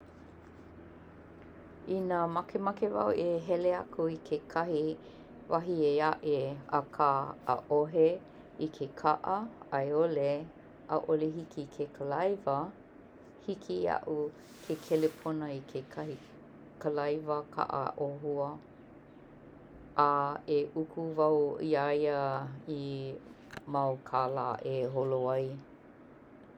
Inā makemake wau i kekahi wahi eaʻe, akā ʻaʻohe i ke kaʻa aiʻole ʻaʻole hiki ke kalaiwa, hiki iaʻu ke kelepona i ke kalaiwa kaʻa ʻohua a e ʻuku wau iā ia i mau kālā i holo ai